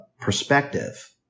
perspective